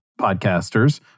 podcasters